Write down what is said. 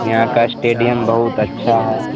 یہاں کا اسٹیڈیم بہت اچھا ہے